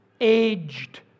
aged